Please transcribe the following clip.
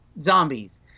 zombies